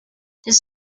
his